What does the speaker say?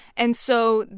and so.